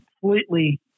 completely